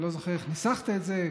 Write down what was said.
אני לא זוכר איך ניסחת את זה,